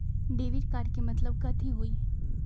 Debit card के मतलब कथी होई?